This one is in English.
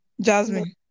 Jasmine